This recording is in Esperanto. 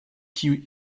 kiuj